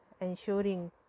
ensuring